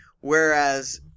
whereas